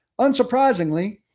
Unsurprisingly